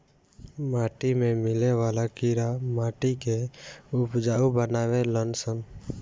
माटी में मिले वाला कीड़ा माटी के उपजाऊ बानावे लन सन